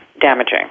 damaging